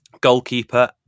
goalkeeper